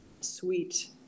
sweet